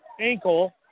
ankle